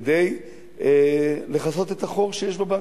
כדי לכסות את החור שיש בבנק.